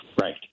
Right